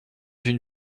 une